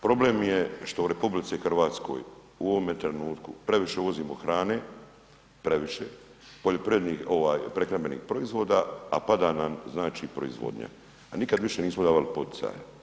Problem je što u RH u ovome trenutku previše uvozimo hrane, previše, poljoprivrednih ovaj prehrambenih proizvoda, a pada nam znači proizvodnja, a nikad više nismo davali poticaja.